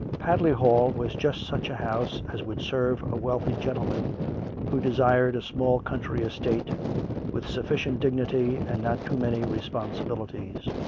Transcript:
padley hall was just such a house as would serve a wealthy gentleman who desired a small country estate with sufficient dignity and not too many responsibilities.